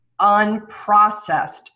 unprocessed